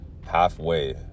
halfway